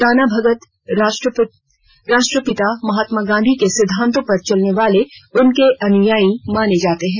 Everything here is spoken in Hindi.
टाना भगत राष्ट्रपिता महात्मा गांधी के सिद्धांतों पर चलने वाले उनके अनुयायी माने जाते हैं